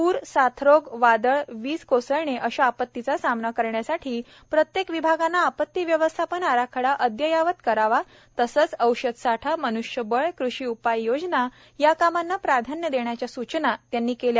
प्र साथरोग वादळ वीज कोसळणे अशा आपत्तीचा सामना करण्यासाठी प्रत्येक विभागाने आपत्ती व्यवस्थापन आराखडा अद्ययावत करावा तसेच औषध साठा मन्ष्यबळ कृषी उपाययोजना या कामांना प्राधान्य देण्याच्या सूचना त्यांनी केल्या